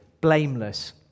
blameless